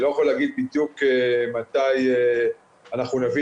אני לא יכול להגיד בדיוק מתי אנחנו נביא